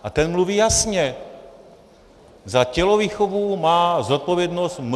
A ten mluví jasně: za tělovýchovu má zodpovědnost MŠMT.